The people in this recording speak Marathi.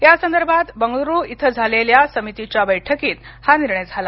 या संदर्भात बंगरुळू इथं झालेल्या समितीच्या बैठकीत हा निर्णय झाला